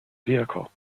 vehicle